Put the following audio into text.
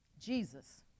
jesus